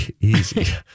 easy